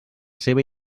seva